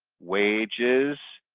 wages,